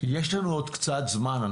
יש לנו עוד קצת זמן.